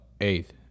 eighth